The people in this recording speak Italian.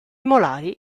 molari